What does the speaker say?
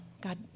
God